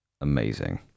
amazing